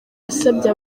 yasabye